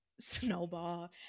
snowball